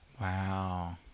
Wow